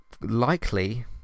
likely